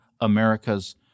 America's